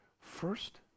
first